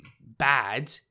bad